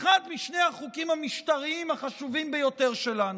אחד משני החוקים המשטריים החשובים ביותר שלנו.